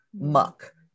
muck